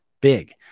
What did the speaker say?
big